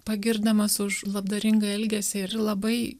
pagirdamas už labdaringą elgesį ir labai